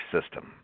system